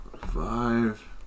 five